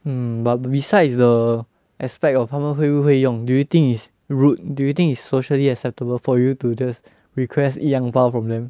hmm but besides the aspect of 他们会不会用 do you think is rude do you think is socially acceptable for you to just request E ang pao from them